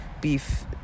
beef